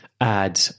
add